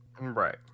Right